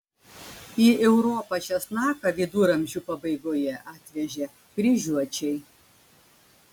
į europą česnaką viduramžių pabaigoje atvežė kryžiuočiai